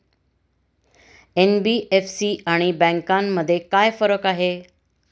NBFC आणि बँकांमध्ये काय फरक आहे?